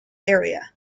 area